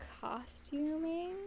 costuming